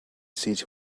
city